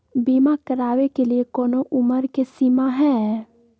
बीमा करावे के लिए कोनो उमर के सीमा है?